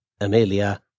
Amelia